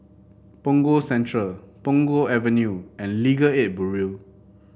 Punggol Central Punggol Avenue and Legal Aid Bureau